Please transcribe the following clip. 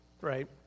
right